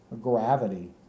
Gravity